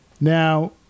Now